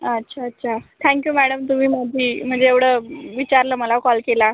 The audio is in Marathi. अच्छा अच्छा थॅंक्यू मॅडम तुम्ही माझी म्हणजे एवढं विचारलं मला कॉल केला